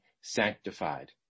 sanctified